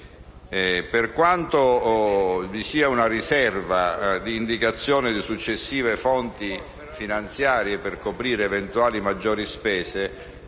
Per quanto vi sia una riserva di indicazione di successive fonti finanziarie, per coprire eventuali maggiori spese,